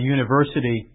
University